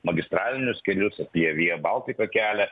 magistralinius kelius apie via baltica kelią